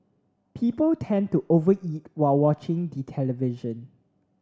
people tend to over eat while watching the television